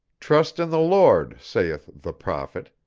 trust in the lord saith the prophet.